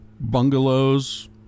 Bungalows